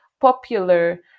popular